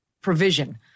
provision